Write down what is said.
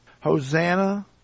Hosanna